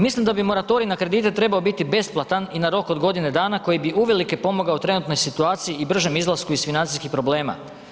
Mislim da bi moratorij na kredite trebao biti besplatan i na rok od godine dana koji bi uvelike pomogao trenutnoj situaciji i bržem izlasku iz financijskih problema.